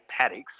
paddocks